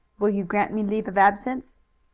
will you grant me leave of absence?